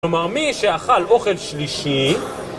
כלומר מי שאכל אוכל שלישי